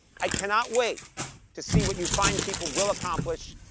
i cannot wait to see what you fine people will accomplish,